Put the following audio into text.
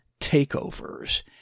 takeovers